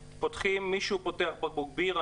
מישהו פותח בבקבוק בירה,